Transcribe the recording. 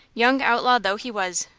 young outlaw though he was,